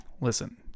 listen